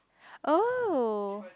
oh